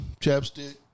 chapstick